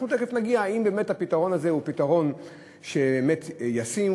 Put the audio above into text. אנחנו תכף נגיע אם באמת הפתרון הזה הוא פתרון באמת ישים,